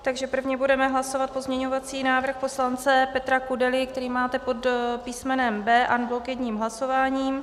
Takže první budeme hlasovat pozměňovací návrh poslance Petra Kudely, který máte pod písmenem B, en bloc jedním hlasováním.